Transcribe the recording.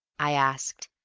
i asked,